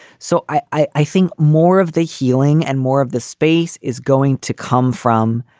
so i i think more of the healing and more of the space is going to come from.